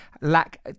lack